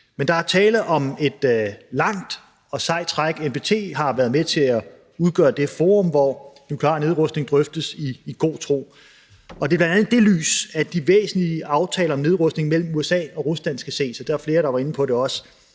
Men der er tale om et langt og sejt træk. NPT har været med til at udgøre det forum, hvor nuklear nedrustning drøftes i god tro. Og det er bl.a. i det lys, at de væsentlige aftaler om nedrustning mellem USA og Rusland skal ses, hvad flere også har været inde på.